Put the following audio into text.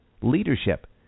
leadership